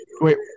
Wait